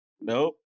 Nope